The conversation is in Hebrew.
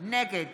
נגד